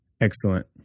Excellent